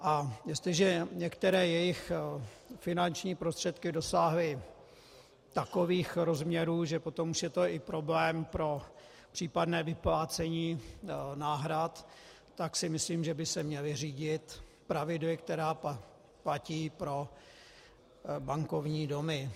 A jestliže některé jejich finanční prostředky dosáhly takových rozměrů, že potom už je to i problém pro případné vyplácení náhrad, tak si myslím, že by se měly řídit pravidly, která platí pro bankovní domy.